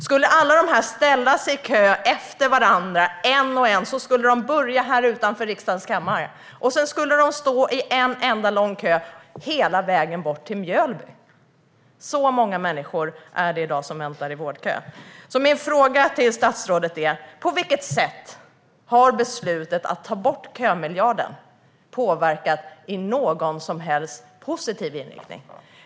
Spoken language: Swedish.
Skulle alla dessa människor ställa sig i en kö som börjar utanför riksdagens kammare skulle kön sträcka sig hela vägen till Mjölby. Så många människor är det i dag som väntar i vårdkö. Min fråga till statsrådet är: Har beslutet att ta bort kömiljarden påverkat i någon som helst positiv riktning?